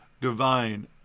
divine